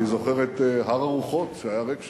אני זוכר את הר הרוחות, היה ריק שם.